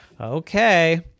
Okay